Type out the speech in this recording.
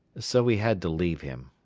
so we had to leave him.